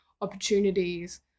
opportunities